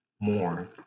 more